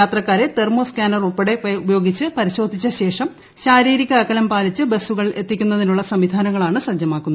യാത്രക്കാരെ തെർമോസ്കാനർ ഉൾപ്പടെ ഉപയോഗിച്ച് പരിശോധിച്ച ശേഷം ശാരീരിക അകലം പാലിച്ച് ബസ്സുകളിൽ എത്തിക്കുന്നതിനുള്ള സംവിധാനങ്ങളാണ് സജ്ജമാക്കുന്നത്